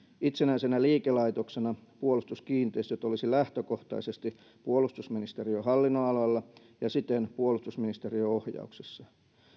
itsenäisenä liikelaitoksena puolustuskiinteistöt olisi lähtökohtaisesti puolustusministeriön hallinnonalalla ja siten puolustusministeriön ohjauksessa